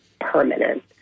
permanent